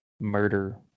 murder